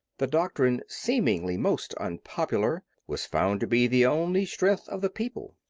the doctrine seemingly most unpopular was found to be the only strength of the people.